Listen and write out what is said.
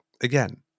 Again